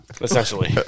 Essentially